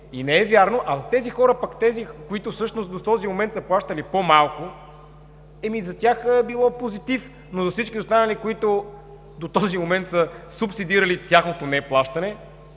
А тези хора пък, които всъщност до този момент са плащали по-малко, за тях е било позитив, но за всички останали, които до този момент се субсидирали тяхното неплащане,